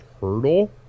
Hurdle